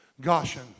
Goshen